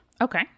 Okay